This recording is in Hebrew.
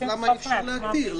למה אי אפשר להגדיר?